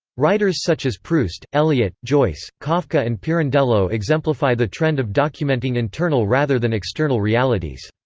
writers such as proust, eliot, joyce, kafka and pirandello exemplify the trend of documenting internal rather than external realities.